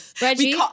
Reggie